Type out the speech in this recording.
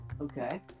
Okay